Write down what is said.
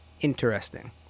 interesting